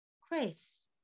Chris